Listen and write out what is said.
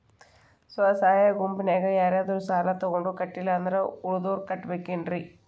ಸ್ವ ಸಹಾಯ ಗುಂಪಿನ್ಯಾಗ ಯಾರಾದ್ರೂ ಸಾಲ ತಗೊಂಡು ಕಟ್ಟಿಲ್ಲ ಅಂದ್ರ ಉಳದೋರ್ ಕಟ್ಟಬೇಕೇನ್ರಿ?